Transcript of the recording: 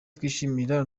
twishimira